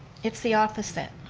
it's the opposite.